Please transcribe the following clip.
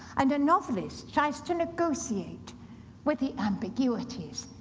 and a novelist tries to negotiate with the ambiguities.